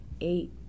eight